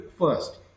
first